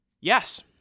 Yes